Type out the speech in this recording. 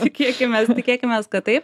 tikėkimės tikėkimės kad taip